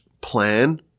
plan